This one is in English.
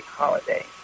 holiday